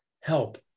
help